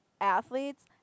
athletes